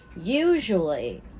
usually